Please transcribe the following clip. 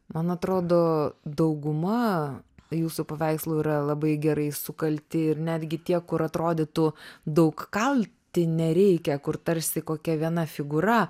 man atrodo dauguma jūsų paveikslų yra labai gerai sukalti ir netgi tie kur atrodytų daug kalti nereikia kur tarsi kokia viena figūra